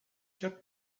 quatre